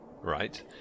Right